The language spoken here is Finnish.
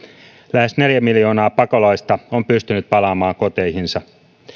lähes neljä miljoonaa pakolaista on pystynyt palaamaan koteihinsa